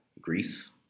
Greece